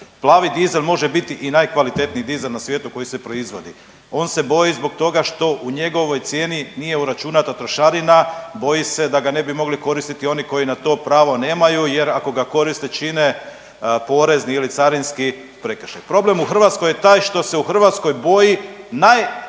Plavi dizel može biti i najkvalitetniji dizel na svijetu koji se proizvodi. On se boji zbog toga što u njegovoj cijeni nije uračunata trošarina, boji se da ga ne bi mogli koristiti oni koji na to pravo nemaju. Jer ako ga korite čine porezni ili carinski prekršaj. Problem u Hrvatskoj je taj što se u Hrvatskoj boji najlošiji